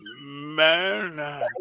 man